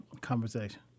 Conversation